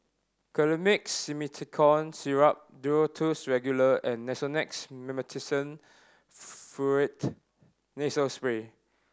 Colimix Simethicone Syrup Duro Tuss Regular and Nasonex Mometasone Furoate Nasal Spray